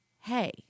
hey